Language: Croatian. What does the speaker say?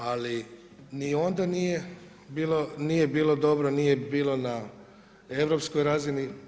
Ali ni onda nije bilo dobro, nije bilo na europskoj razini.